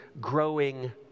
growing